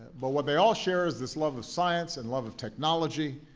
but what they all share is this love of science and love of technology,